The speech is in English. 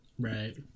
Right